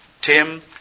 Tim